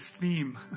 theme